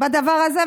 בדבר הזה,